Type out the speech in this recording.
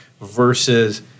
versus